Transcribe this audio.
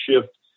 shift